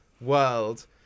world